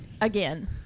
Again